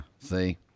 See